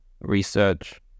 research